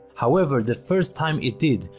however, the first time it did,